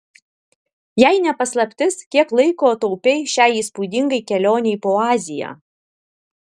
jei ne paslaptis kiek laiko taupei šiai įspūdingai kelionei po aziją